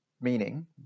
meaning